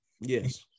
Yes